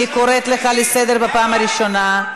אני קוראת אותך לסדר פעם ראשונה.